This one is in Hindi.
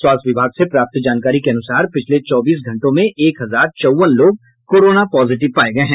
स्वास्थ्य विभाग से प्राप्त जानकारी के अनुसार पिछले चौबीस घंटों में एक हजार चौवन लोग कोरोना पॉजिटव मिले हैं